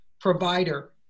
provider